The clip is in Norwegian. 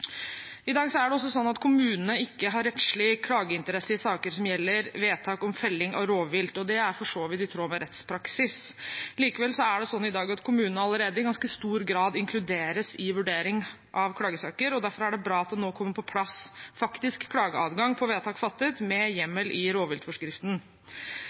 I dag er det også sånn at kommunene ikke har rettslig klageinteresse i saker som gjelder vedtak om felling av rovvilt. Det er for så vidt i tråd med rettspraksis. Likevel er det sånn i dag at kommunene allerede i ganske stor grad inkluderes i vurdering av klagesaker. Derfor er det bra at det nå kommer på plass faktisk klageadgang på vedtak som er fattet, med